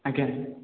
ଆଜ୍ଞା